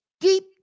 deep